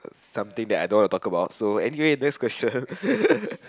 something that I don't want to talk about so anyway next question ppl